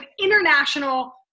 international